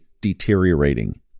deteriorating